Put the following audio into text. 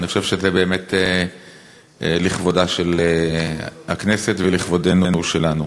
אני חושב שזה באמת לכבודה של הכנסת ולכבודנו שלנו.